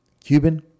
Cuban